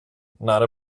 not